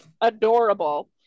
adorable